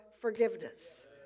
forgiveness